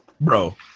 bro